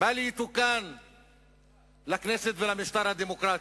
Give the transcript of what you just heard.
בל יתוקן לכנסת ולמשטר הדמוקרטי.